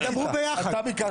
אתה ביקשת, לבקשתך.